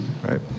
Right